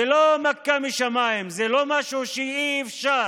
זה לא מכה משמיים, זה לא משהו שאי-אפשר